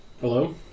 Hello